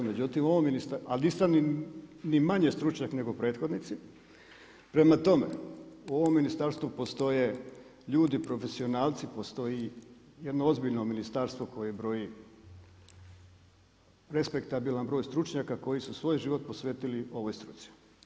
Međutim, ovo, ali nisam ni manje stručnjak nego prethodnici, prema tome, u ovom ministarstvu postoje ljudi, profesionalci postoji, jedno ozbiljno ministarstvo koji broji respektabilan broj stručnjaka, koji su svoj život posvetili ovoj struci.